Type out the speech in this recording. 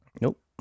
Nope